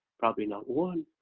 probably not one.